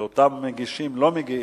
ואותם מגישים לא מגיעים,